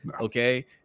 Okay